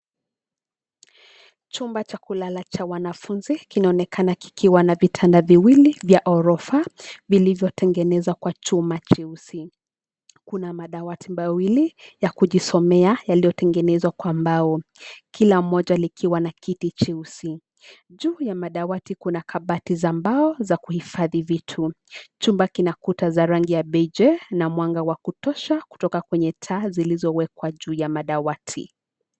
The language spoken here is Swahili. Chumba cha kulala cha wanafunzi kinaonekana kikiwa na vitanda viwili vya ghorofa vilivyotengenezwa kwa chuma cheusi. Kuna madawati mawili ya kujisomea yaliyotengenezwa kwa mbao. Kila mmoja likiwa na kiti cheusi. Juu ya madawati kuna kabati za mbao za kuhifadhi vitu. Chumba kinakuta za rangi ya beije na mwanga wa kutosha kutoka kwenye taa zilizowekwa juu ya madawati.